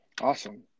Awesome